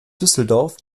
düsseldorf